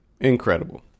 Incredible